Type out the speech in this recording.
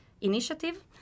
initiative